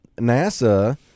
NASA